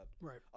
right